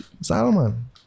Salman